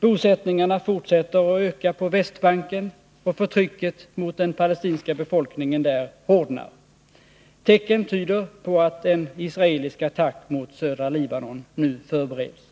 Bosättningarna fortsätter att öka på Västbanken, och förtrycket mot den palestinska befolkningen där hårdnar. Tecken tyder på att en israelisk attack mot södra Libanon nu förbereds.